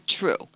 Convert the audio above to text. true